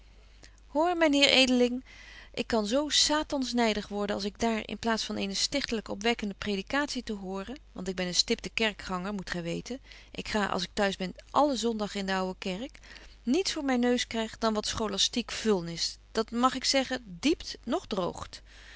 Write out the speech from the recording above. hoor myn heer edeling ik kan zo satans nydig worden als ik daar in plaats van eene stichtelyke opwekkende predikatie te horen want ik ben een stipte kerkganger moet gy weten ik ga als ik t'huis ben alle zondag in de ouwe kerk niets voor myn neus kryg dan wat scholastiek vulnis dat mag ik zeggen diept noch droogt